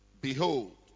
Behold